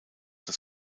das